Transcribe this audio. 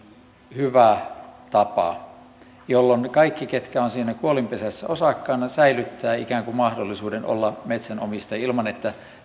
hyvä tapa jolloin ne kaikki jotka ovat siinä kuolinpesässä osakkaina säilyttävät ikään kuin mahdollisuuden olla metsänomistajia ilman että